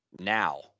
Now